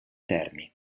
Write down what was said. terni